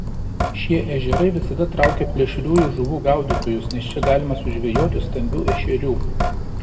šie ežerai visada traukia plėšriųjų žuvų gaudytojus nes čia galima sužvejoti stambių ešerių